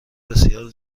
بسیار